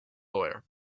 lawyer